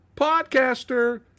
podcaster